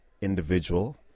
individual